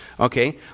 Okay